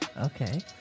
Okay